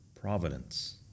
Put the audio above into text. Providence